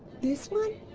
this one?